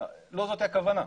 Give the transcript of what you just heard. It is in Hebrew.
לא זאת הכוונה.